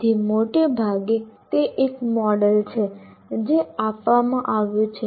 તેથી મોટે ભાગે તે એક મોડેલ છે જે આપવામાં આવ્યું છે